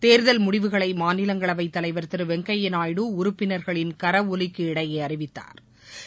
தேர்தல் முடிவுகளை மாநிலங்களவைத் தலைவர் திரு வெங்கையா நாயுடு உறுப்பினர்களின் கரவொலிக்கு இடையே அறிவித்தாா்